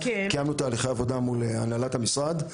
קיימנו תהליכי עבודה מול הנהלת המשרד,